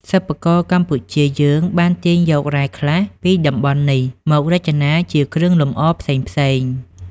សិប្បករកម្ពុជាយើង បានទាញយករ៉ែខ្លះ ពីតំបន់នេះ មករចនាជាគ្រឿងលំអផ្សេងៗ។